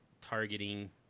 targeting